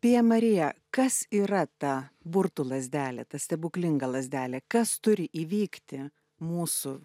pija marija kas yra ta burtų lazdelė tą stebuklinga lazdelė kas turi įvykti mūsų